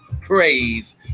praise